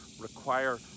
require